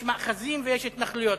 יש מאחזים ויש התנחלויות.